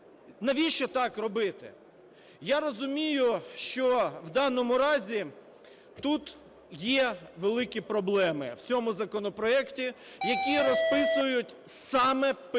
Навіщо так робити? Я розумію, що в даному разі тут є великі проблеми в цьому законопроекті, які розписують саме питання